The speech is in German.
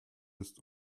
ist